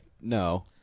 no